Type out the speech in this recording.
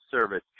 service